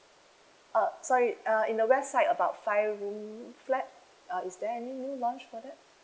uh sorry uh in the west side about five room flat uh is there any new launch for that